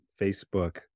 Facebook